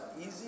easy